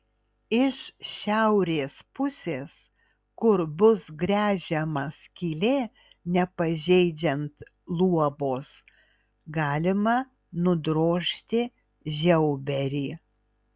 iš šiaurės pusės kur bus gręžiama skylė nepažeidžiant luobos galima nudrožti žiauberį